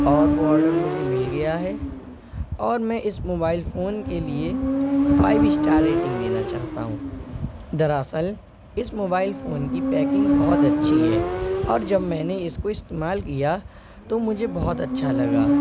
اور وہ آرڈر مجھے مل گیا ہے اور میں اس موبائل فون کے لیے فائیو اسٹار ریٹنگ دینا چاہتا ہوں دراصل اس موبائل فون کی پیکنگ بہت اچھی ہے اور جب میں نے اس کو استعمال کیا تو مجھے بہت اچھا لگا